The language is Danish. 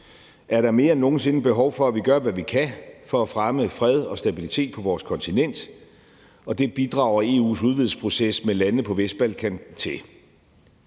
er der mere end nogen sinde behov for, at vi gør, hvad vi kan, for at fremme fred og stabilitet på vores kontinent, og det bidrager EU's udvidelsesproces med lande på Vestbalkan til.